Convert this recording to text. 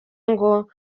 ngo